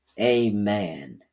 Amen